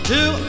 Two